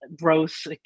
growth